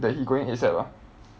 that he going eight sec ah